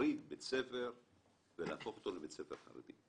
להפריד בית ספר ולהפוך אותו לבית ספר חרדי,